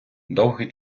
довгий